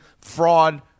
fraud